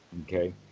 Okay